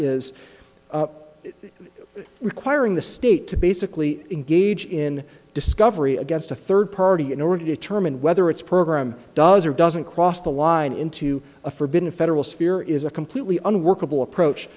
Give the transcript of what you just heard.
is requiring the state to basically engage in discovery against a third party in order to determine whether its program does or doesn't cross the line into a forbidden federal sphere is a completely unworkable approach